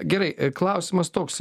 gerai klausimas toks